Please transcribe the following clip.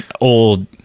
old